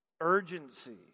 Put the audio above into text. urgency